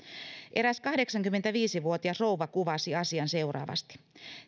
eräs kahdeksankymmentäviisi vuotias rouva kuvasi asian seuraavasti